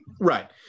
Right